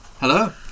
Hello